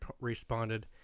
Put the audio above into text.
responded